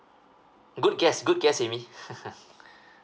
good guess good guess amy